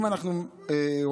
אם אנחנו רוצים,